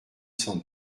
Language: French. cent